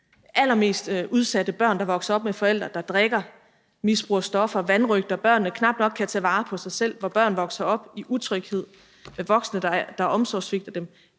allermest udsatte børn, der vokser op med forældre, der drikker, misbruger stoffer, vanrøgter dem og knap nok kan tage vare på sig selv, og om børn, der vokser op i utryghed med voksne, der omsorgssvigter dem,